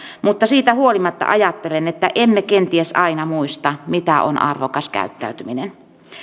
mutta siitä huolimatta ajattelen että emme kenties aina muista mitä on arvokas käyttäytyminen